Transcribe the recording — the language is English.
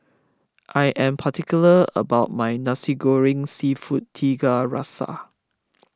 I am particular about my Nasi Goreng Seafood Tiga Rasa